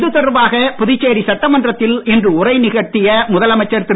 இது தொடர்பாக புதுச்சேரி சட்டமன்றத்தில் இன்று உரை நிகழ்த்திய முதல் அமைச்சர் திரு